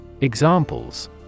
Examples